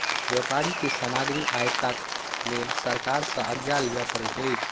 व्यापारी के सामग्री आयातक लेल सरकार सॅ आज्ञा लिअ पड़ैत अछि